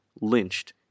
lynched